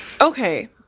Okay